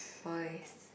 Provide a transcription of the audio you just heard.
voice